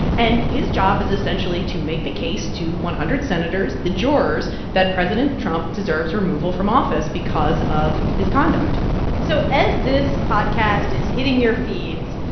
and his job is essentially to make the case to one hundred senators, the jurors, that president trump deserves removal from office because of his conduct so as this podcast is hitting your feeds,